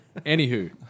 anywho